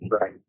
Right